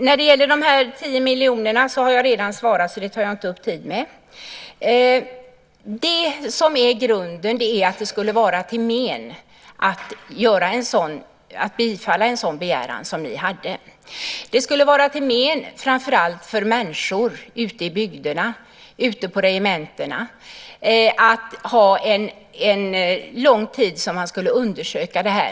Herr talman! Jag har redan svarat på frågan om de 10 miljonerna. Det tar jag inte upp tid med. Grunden är att det skulle vara till men att bifalla en sådan begäran som ni hade. Det skulle vara till men framför allt för människor i bygderna och på regementena att ha en lång tid för att undersöka detta.